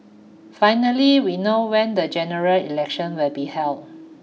finally we know when the General Election will be held